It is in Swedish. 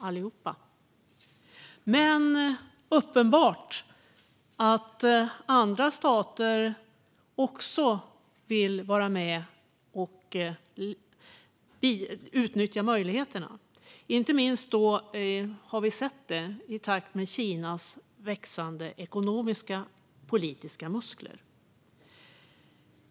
Men det är uppenbart att andra stater också vill vara med och utnyttja möjligheterna; inte minst har vi sett det i takt med Kinas växande ekonomiska och politiska muskler.